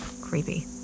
Creepy